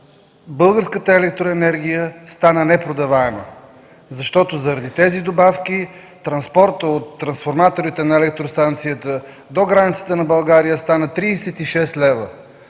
Българската електроенергия стана непродаваема, защото заради тези добавки транспортът от трансформаторите на електростанцията до границата на България стана 36 лв.